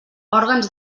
òrgans